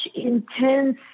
intense